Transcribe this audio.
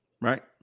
Right